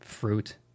Fruit